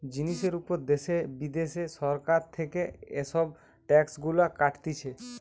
জিনিসের উপর দ্যাশে বিদ্যাশে সরকার থেকে এসব ট্যাক্স গুলা কাটতিছে